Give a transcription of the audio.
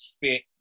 fit